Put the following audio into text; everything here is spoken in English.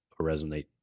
resonate